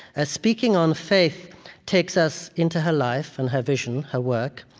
ah speaking on faith takes us into her life and her vision, her work.